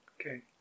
Okay